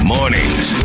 Mornings